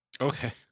Okay